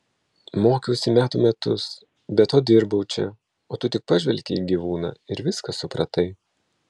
mokiausi metų metus be to dirbau čia o tu tik pažvelgei į gyvūną ir viską supratai